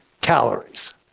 calories